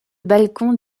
balcon